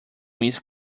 miss